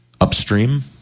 upstream